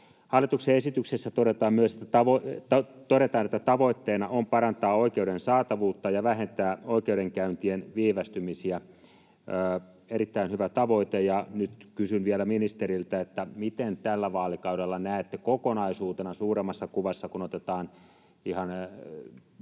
Hallituksen esityksessä todetaan myös, että tavoitteena on parantaa oikeuden saatavuutta ja vähentää oikeudenkäyntien viivästymisiä — erittäin hyvä tavoite. Nyt kysyn vielä ministeriltä: miten tällä vaalikaudella näette kokonaisuutena suuremmassa kuvassa, kun otetaan ihan poliisin,